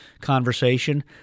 conversation